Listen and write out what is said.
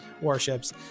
warships